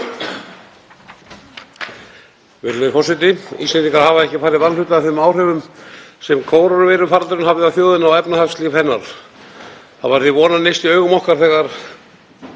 Það var því vonarneisti í augum okkar þegar